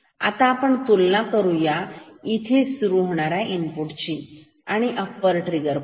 आता आपण तुलना करू इथून सुरू होणाऱ्या इनपुटची आणि अप्पर ट्रिगर पॉईंट ची